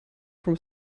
from